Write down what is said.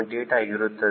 8 ಆಗಿರಬೇಕು ಎಂದು